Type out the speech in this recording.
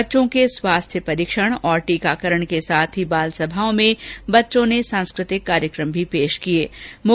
बच्चों के स्वास्थ्य परीक्षण और टीकाकरण के साथ ही बालसभाओं में बच्चों की सांस्कृतिक प्रस्तुतियां भी हुई